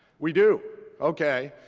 we do? okay,